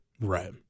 Right